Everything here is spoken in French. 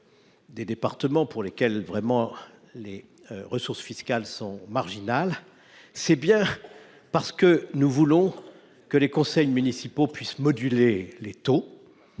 des départements pour lesquels les ressources fiscales sont vraiment devenues marginales, c’est bien parce que nous voulons que les conseils municipaux puissent moduler les taux.